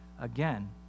again